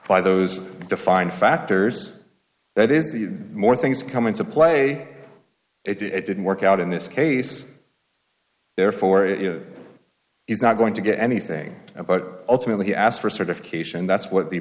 by those defined factors that is the more things come into play it didn't work out in this case therefore it is not going to get anything but ultimately he asked for a certification that's what the